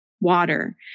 water